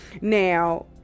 Now